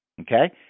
okay